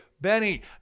Benny